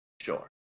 Sure